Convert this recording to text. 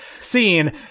scene